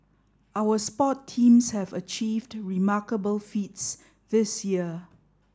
our sport teams have achieved remarkable feats this year